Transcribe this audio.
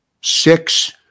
six –